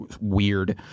weird